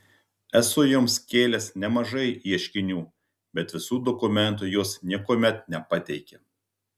esu joms kėlęs nemažai ieškinių bet visų dokumentų jos niekuomet nepateikia